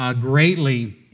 greatly